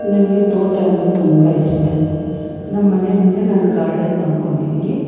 ನನಗೆ ತೋಟ ಅಂದರೆ ತುಂಬ ಇಷ್ಟ ನಮ್ಮ ಮನೆ ಮುಂದೆ ನಾನು ಗಾರ್ಡನ್ ಮಾಡ್ಕೊಂಡಿದ್ದೀವಿ